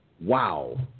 wow